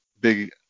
big